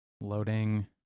loading